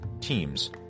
teams